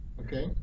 Okay